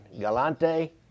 Galante